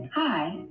Hi